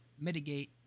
mitigate